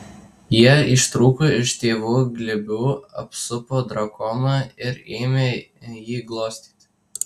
jie ištrūko iš tėvų glėbių apsupo drakoną ir ėmė jį glostyti